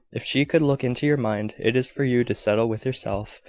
if she could look into your mind. it is for you to settle with yourself,